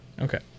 Okay